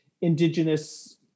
Indigenous